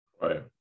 right